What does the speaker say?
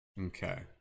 okay